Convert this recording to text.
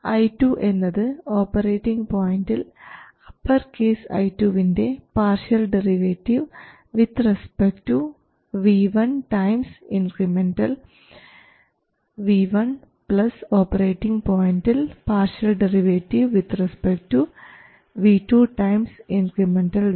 i2 എന്നത് operating പോയൻറിൽ upper case I2 വിൻറെ partial derivative with respect to V1 times incremental V1 plus operating പോയൻറിൽ partial derivative with respect to V2 times increment V2